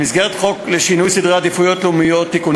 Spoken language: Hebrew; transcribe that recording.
במסגרת חוק לשינוי סדרי עדיפויות לאומיים (תיקוני